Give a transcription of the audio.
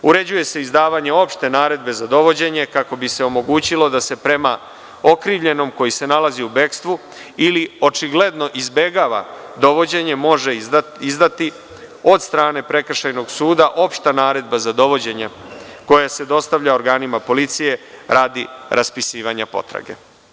Uređuje se izdavanje opšte naredbe za dovođenje, kako bi se omogućilo da se prema okrivljenom koji se nalazi u bekstvu ili očigledno izbegava dovođenje, može izdati od strane prekršajnog suda opšta naredba za dovođenje koja se dostavlja organima policije radi raspisivanja potrage.